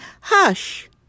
hush